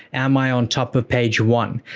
am i on top of page one?